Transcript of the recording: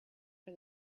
for